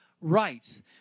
rights